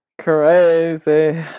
Crazy